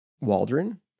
Waldron